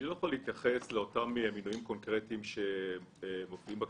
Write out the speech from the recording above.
אני לא יכול להתייחס לאותם מינויים קונקרטיים שמופיעים בכתבה,